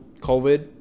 covid